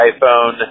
iPhone